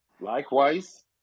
Likewise